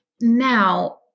now